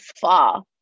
far